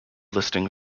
listing